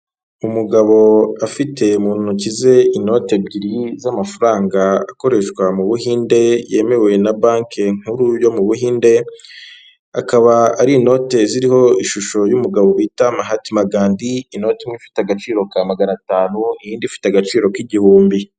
Umugabo afite mu ntoki ze inoti ebyiri z'amafaranga akoreshwa mu Buhinde, yemewe na banki nkuru yo mu Buhinde, akaba ari inote ziriho ishusho y'umugabo bita Muhatima Gandi, inoti imwe ifite agaciro ka magana atanu n'indi ifite agaciro k'igihumbi.